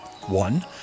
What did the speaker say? One